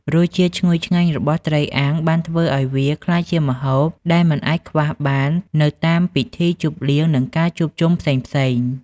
រសជាតិឈ្ងុយឆ្ងាញ់របស់ត្រីអាំងបានធ្វើឲ្យវាក្លាយជាម្ហូបដែលមិនអាចខ្វះបាននៅតាមពិធីជប់លៀង និងការជួបជុំផ្សេងៗ។